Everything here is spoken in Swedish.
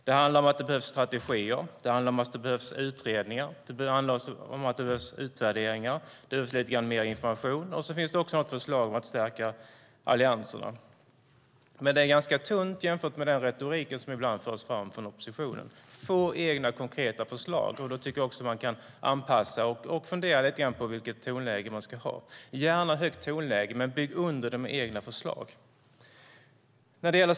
Det handlar om att det behövs strategier. Det handlar om att det behövs utredningar. Det handlar om att det behövs utvärderingar, det vill säga lite grann mer information. Dessutom finns det något förslag om att stärka allianserna. Men det är ganska tunt jämfört med den retorik som ibland förs fram från oppositionen, få egna konkreta förslag. Då tycker jag också att man kan anpassa och fundera lite grann på vilket tonläge man ska ha. Gärna högt tonläge, men bygg under det med egna förslag!